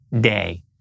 day